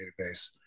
database